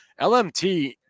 LMT